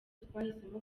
twahisemo